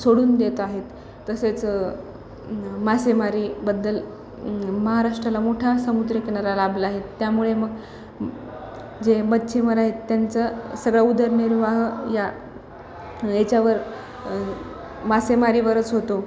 सोडून देत आहेत तसेच मासेमारीबद्दल महाराष्ट्राला मोठा समुद्रकिनारा लाभला आहेत त्यामुळे म जे मच्छीमार आहेत त्यांचं सगळ्या उदरनिर्वाह या याच्यावर मासेमारीवरच होतो